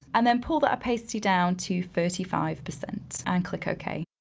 and then pull the opacity down to thirty five percent and click ok.